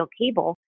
cable